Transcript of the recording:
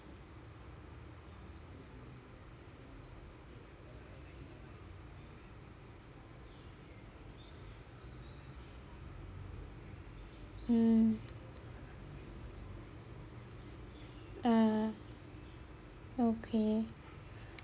mm ah okay